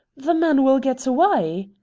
the man will get away.